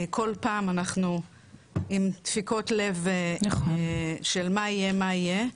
כל פעם אנחנו עם דפיקות לב של מה יהיה מה יהיה,